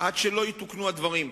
עד שלא יתוקנו הדברים,